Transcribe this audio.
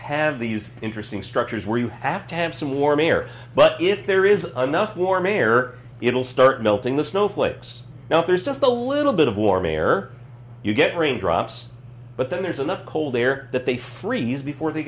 have these interesting structures where you have to have some warm air but if there is a nuff warm air it'll start melting the snow flips now there's just a little bit of warm air you get rain drops but then there's enough cold air that they freeze before they